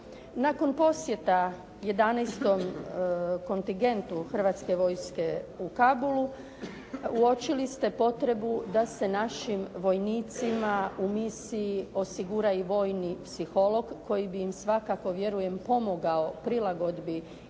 Nakon posjeta 11. kontingentu Hrvatske vojske u Kabulu uočili ste potrebu da se našim vojnicima u misiji osigura i vojni psiholog koji bi im svakako vjerujem pomogao prilagodbi